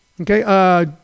Okay